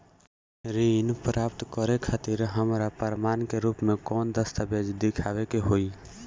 ऋण प्राप्त करे खातिर हमरा प्रमाण के रूप में कौन दस्तावेज़ दिखावे के होई?